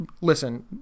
Listen